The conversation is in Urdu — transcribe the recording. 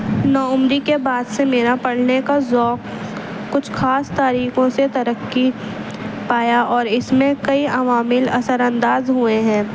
نوعمری کے بعد سے میرا پڑھنے کا ذوق کچھ خاص طریقوں سے ترقی پایا اور اس میں کئی عوامل اثر انداز ہوئے ہیں